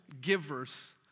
givers